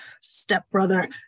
stepbrother